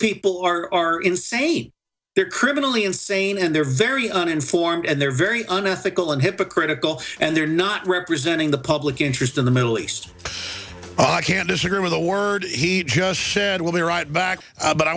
people are insane they're criminally insane and they're very uninformed and they're very unethical and hypocritical and they're not representing the public interest in the middle east i can't disagree with a word he just said we'll be right back but i